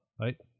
right